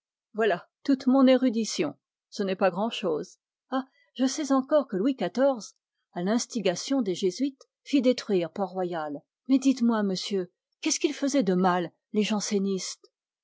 voilà toute mon érudition ce n'est pas grand chose ah je sais encore que louis xiv à l'instigation des jésuites fit détruire port-royal mais dites-moi monsieur qu'est-ce qu'ils faisaient de mal les jansénistes